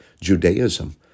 Judaism